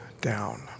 down